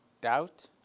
Doubt